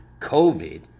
COVID